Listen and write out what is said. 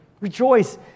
Rejoice